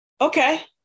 okay